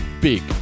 Big